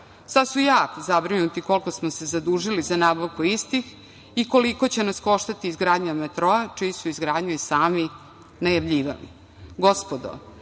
Sad su jako zabrinuti koliko smo se zadužili za nabavku istih i koliko će nas koštati izgradnja metroa, čiju su izgradnju i sami najavljivali. Gospodo,